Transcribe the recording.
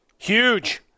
Huge